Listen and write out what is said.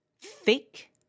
Thick